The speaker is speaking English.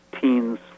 teens